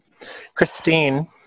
Christine